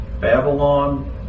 Babylon